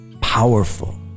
powerful